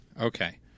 Okay